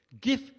Give